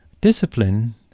Discipline